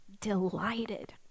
delighted